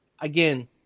again